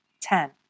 Ten